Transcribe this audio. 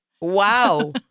wow